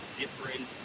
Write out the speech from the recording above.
different